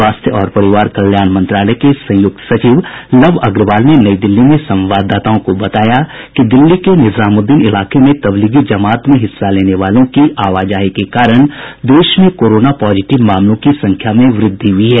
स्वास्थ्य और परिवार कल्याण मंत्रालय के संयुक्त सचिव लव अग्रवाल ने नई दिल्ली में संवाददाताओं को बताया कि दिल्ली के निजामुद्दीन इलाके में तबलीगी जमात में हिस्सा लेने वालों की आवाजाही के कारण देश में कोरोना पॉजिटिव मामलों की संख्या में वृद्धि हुई है